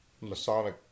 Masonic